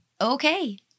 Okay